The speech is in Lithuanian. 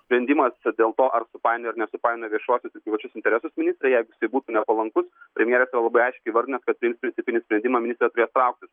sprendimas dėl to ar supainiojo ar nesupainiojo viešuosius ir privačius interesus ministrė jeigu jisai būtų ne nepalankus premjeras tai labai aiškiai įvardina kad priims principinį sprendimą ministrė turės trauktis